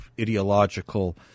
ideological